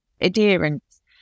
adherence